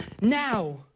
now